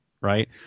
right